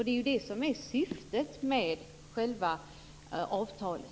Det är ju det som är syftet med själva avtalet.